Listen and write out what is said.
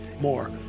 More